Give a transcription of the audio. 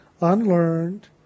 unlearned